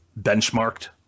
benchmarked